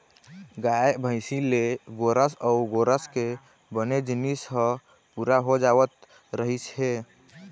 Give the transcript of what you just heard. गाय, भइसी ले गोरस अउ गोरस के बने जिनिस ह पूरा हो जावत रहिस हे